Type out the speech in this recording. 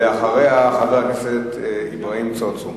ואחריה, חבר הכנסת אברהים צרצור.